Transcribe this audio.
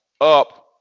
up